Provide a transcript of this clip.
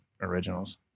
originals